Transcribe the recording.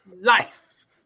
life